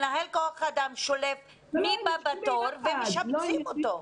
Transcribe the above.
מנהל כוח האדם שולף מי הבא בתור ומשבצים אותו.